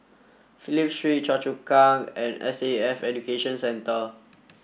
Phillip Street Choa Chu Kang and S A F Education Centre